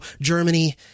Germany